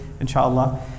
inshallah